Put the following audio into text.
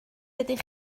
ydych